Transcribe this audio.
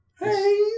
Hey